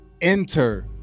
enter